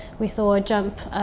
we saw a jump,